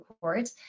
Court